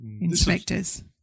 inspectors